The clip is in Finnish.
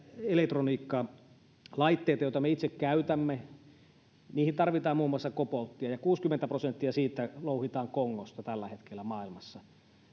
elektroniikkalaitteet joita me itse käytämme ja niihin tarvitaan muun muassa kobolttia kuusikymmentä prosenttia siitä louhitaan kongosta tällä hetkellä maailmassa